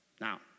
Now